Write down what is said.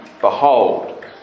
Behold